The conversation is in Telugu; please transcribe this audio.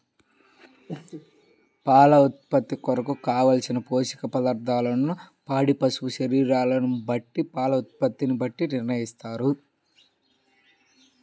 పాల ఉత్పత్తి కొరకు, కావలసిన పోషక పదార్ధములను పాడి పశువు శరీర బరువును బట్టి పాల ఉత్పత్తిని బట్టి నిర్ణయిస్తారా?